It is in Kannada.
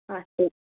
ಹಾಂ ಹ್ಞೂ